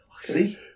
See